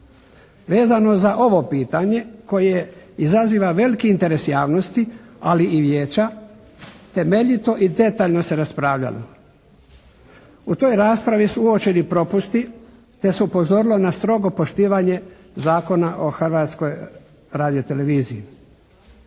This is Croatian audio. Vezano za ovo pitanje koje izaziva veliki interes javnosti ali i Vijeća temeljito i detaljno se raspravljalo. U toj raspravi su uočeni propusti te se upozorilo na strogo poštivanje Zakona o Hrvatskoj radio-televiziji.